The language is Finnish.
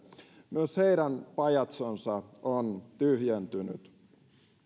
myös heitä myös heidän pajatsonsa on tyhjentynyt